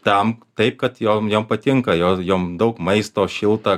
tam taip kad jom jom patinka jom jom daug maisto šilta